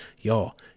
y'all